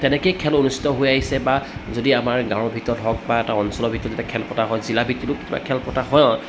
তেনেকেই খেল অনুষ্ঠিত হৈ আহিছে বা যদি আমাৰ গাঁৱৰ ভিতৰত হওক বা এটা অঞ্চলৰ ভিতৰত যেতিয়া খেল পতা হয় জিলাভিত্তিকো কেতিয়াবা খেল পতা হয়